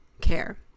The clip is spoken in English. care